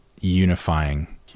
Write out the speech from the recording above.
unifying